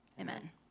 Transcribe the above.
amen